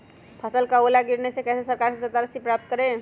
फसल का ओला गिरने से कैसे सरकार से सहायता राशि प्राप्त करें?